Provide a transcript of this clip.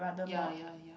ya ya ya